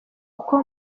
uko